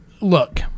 Look